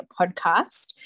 podcast